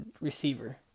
receiver